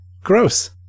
Gross